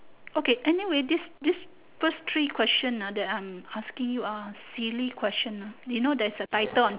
okay anyway this this first three question ah that I'm asking you are silly question ah you know there is a title on